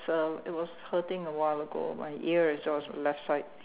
so it was hurting a while ago my ear is also left side